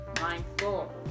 mindful